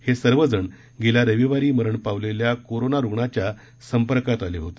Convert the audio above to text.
हे सर्वजण गेल्या रविवारी मरण पावलेल्या कोरोना रुग्णाच्या संपर्कात आले होते